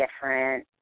different